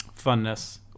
funness